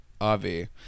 Avi